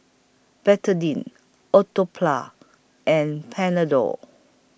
Betadine and Panadol